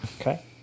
Okay